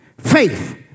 Faith